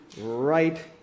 right